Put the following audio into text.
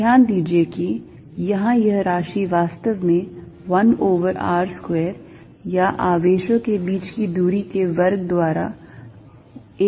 ध्यान दीजिए कि यहाँ यह राशि वास्तव में 1 over r square या आवेशों के बीच की दूरी के वर्ग द्वारा 1 का विभाजन है